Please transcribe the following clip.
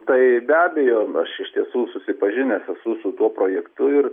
tai be abejo aš iš tiesų susipažinęs esu su tuo projektu ir